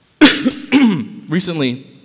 Recently